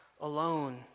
alone